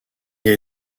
est